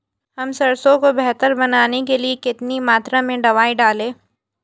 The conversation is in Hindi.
हम सरसों को बेहतर बनाने के लिए कितनी मात्रा में दवाई डालें?